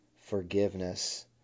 forgiveness